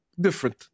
different